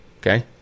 okay